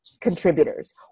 contributors